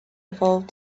evolved